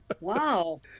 Wow